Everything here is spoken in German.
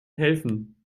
helfen